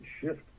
shift